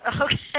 Okay